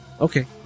okay